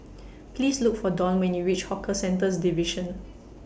Please Look For Don when YOU REACH Hawker Centres Division